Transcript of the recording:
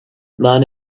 man